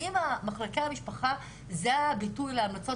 האם מחלקי המשפחה זה הביטוי להמלצות